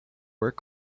work